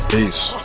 Peace